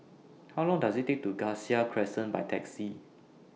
How Long Does IT Take to get to Cassia Crescent By Taxi